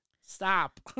stop